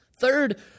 Third